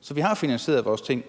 så vi har finansieret vores ting.